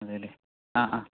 അതേയല്ലെ ആ ആ